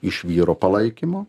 iš vyro palaikymo